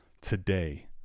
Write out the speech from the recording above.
today